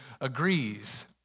agrees